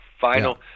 Final